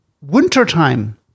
wintertime